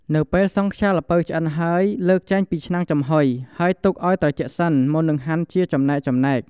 នៅពេលសង់ខ្យាល្ពៅឆ្អិនហើយ លើកចេញពីឆ្នាំងចំហុយ ហើយទុកឲ្យត្រជាក់សិនមុននឹងហាន់ជាចំណែកៗ។